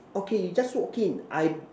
okay you just walk in I